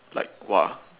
like !wah!